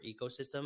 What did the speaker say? ecosystem